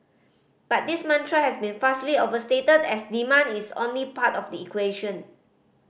but this mantra has been vastly overstated as demand is only part of the equation